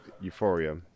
Euphoria